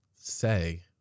say